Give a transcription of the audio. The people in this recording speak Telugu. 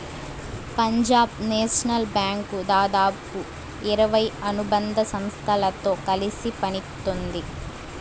పంజాబ్ నేషనల్ బ్యాంకు దాదాపు ఇరవై అనుబంధ సంస్థలతో కలిసి పనిత్తోంది